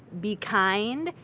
be kind,